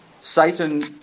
Satan